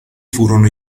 furono